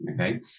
okay